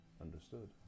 Understood